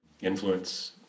influence